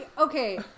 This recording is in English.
okay